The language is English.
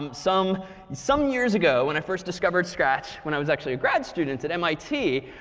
um some some years ago, when i first discovered scratch, when i was actually a grad student at mit,